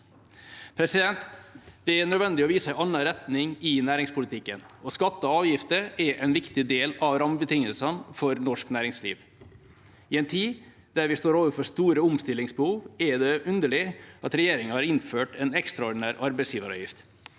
Det er nødvendig å vise en annen retning i næringspolitikken, og skatter og avgifter er en viktig del av rammebetingelsene for norsk næringsliv. I en tid der vi står overfor store omstillingsbehov, er det underlig at regjeringa har innført en ekstraordinær arbeidsgiveravgift.